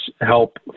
help